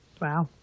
Wow